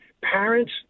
parents